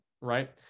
right